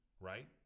right